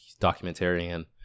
documentarian